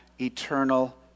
eternal